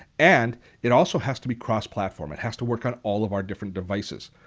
and it also has to be cross-platform. it has to work on all of our different devices.